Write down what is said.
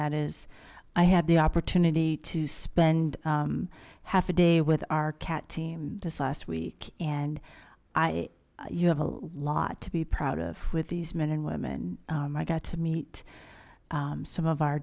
that is i had the opportunity to spend half a day with our cat team this last week and i you have a lot to be proud of with these men and women i got to meet some of our